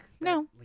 No